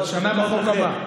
על שנה, בחוק אחר.